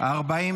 4 נתקבלו.